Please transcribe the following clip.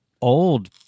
old